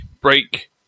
break